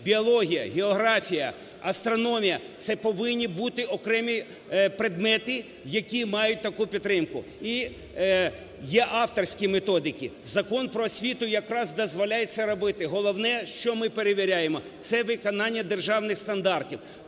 біологія, географія, астрономія, це повинні бути окремі предмети, які мають таку підтримку. І є авторські методики. Закон про освіту якраз дозволяє це робити, головне, що ми перевіряємо, це виконання державних стандартів.